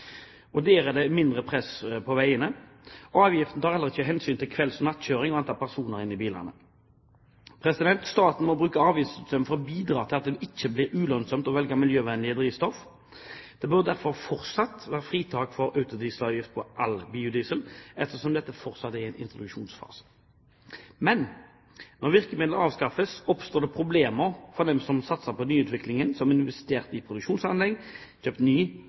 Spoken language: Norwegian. Og der er det mindre press på veiene. Avgiftene tar heller ikke hensyn til kvelds- og nattkjøring og antall personer inne i bilene. Staten må bruke avgiftssystemet for å bidra til at det ikke blir ulønnsomt å velge miljøvennlige drivstoff. Det burde derfor fortsatt vært fritak for autodieselavgift på all biodiesel, ettersom dette fortsatt er i en introduksjonsfase. Men når virkemiddelet avskaffes, oppstår det problemer for dem som har satset på nyutviklingen, som har investert i produksjonsanlegg, eller har kjøpt ny